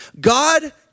God